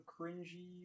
cringy